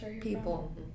people